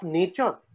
nature